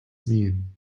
mean